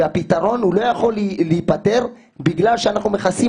והפתרון לא יכול לבוא בגלל שאנחנו מכסים